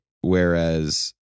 whereas